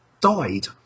died